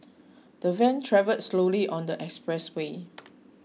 the van travelled slowly on the expressway